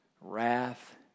wrath